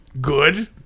good